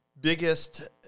biggest